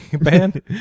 band